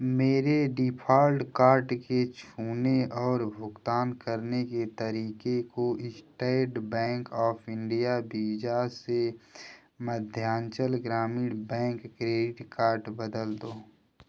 मेरे default card के छूने और भुगतान करने के तरीके को State Bank of India Visa से Madhyanchal Gramin Bank credit card बदल दो